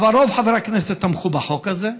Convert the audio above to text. אבל רוב חברי הכנסת תמכו בחוק הזה,